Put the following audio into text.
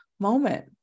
moment